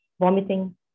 vomiting